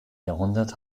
jahrhundert